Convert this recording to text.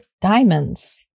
diamonds